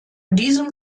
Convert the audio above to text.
diesem